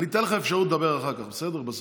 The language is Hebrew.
אני אתן לך אפשרות לדבר אחר כך, בסדר?